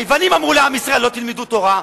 היוונים אמרו לעם ישראל: לא תלמדו תורה,